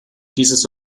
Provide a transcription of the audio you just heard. dieses